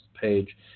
page